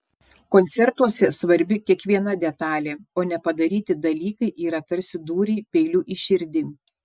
koncertuose svarbi kiekviena detalė o nepadaryti dalykai yra tarsi dūriai peiliu į širdį